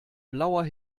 blauer